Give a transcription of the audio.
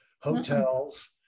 hotels